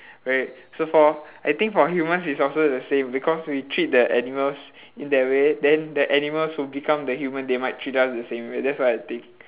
right so for I think for humans is also the same because we treat the animals in that way then the animals will become the human they might treat us the same way that's what I think